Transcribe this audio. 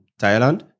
Thailand